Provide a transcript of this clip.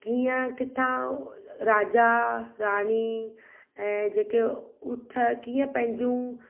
हीअं किथां राजा राणी ऐं जेके उठ कीअं पंहिजिंयूं